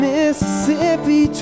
Mississippi